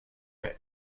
vert